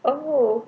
oo